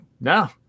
No